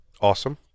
Awesome